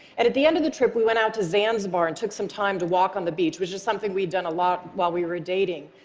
and at the end of the trip, we went out to zanzibar, and took some time to walk on the beach, which is something we had done a lot while we were dating.